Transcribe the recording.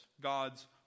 God's